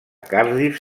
cardiff